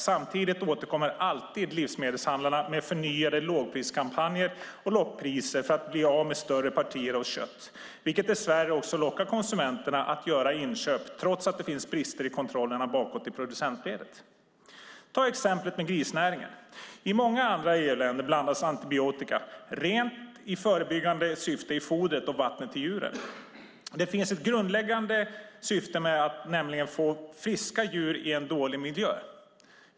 Samtidigt återkommer alltid livsmedelshandlarna med förnyade lågpriskampanjer och lockpriser för att bli av med större partier av kött, vilket dess värre också lockar konsumenterna att göra inköp trots att det finns brister i kontrollerna bakåt i producentledet. Ta exemplet med grisnäringen. I många andra EU-länder blandas antibiotika rent förebyggande i fodret och vattnet till djuren. Det finns ett grundläggande syfte med detta, nämligen att få friska djur i en dålig miljö.